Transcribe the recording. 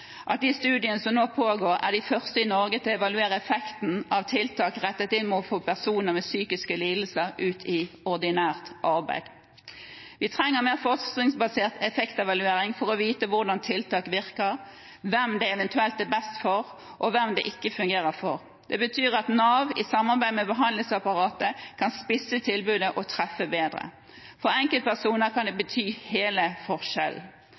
at de studiene som nå pågår, er de første i Norge til å evaluere effekten av tiltak rettet mot å få personer med psykiske lidelser ut i ordinært arbeid. Vi trenger mer forskningsbasert effektevaluering for å vite hvordan tiltak virker, hvem det eventuelt er best for, og hvem det ikke fungerer for. Det betyr at Nav i samarbeid med behandlingsapparatet kan spisse tilbudet og treffe bedre. For enkeltpersoner kan det bety hele forskjellen.